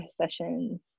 sessions